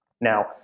Now